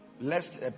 lest